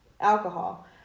alcohol